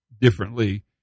differently